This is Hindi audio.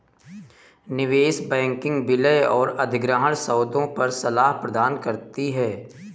निवेश बैंकिंग विलय और अधिग्रहण सौदों पर सलाह प्रदान करती है